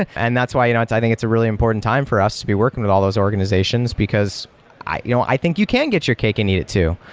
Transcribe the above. and that's why you know i think it's a really important time for us to be working with all those organizations, because i you know i think you can get your cake and eat it too.